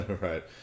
Right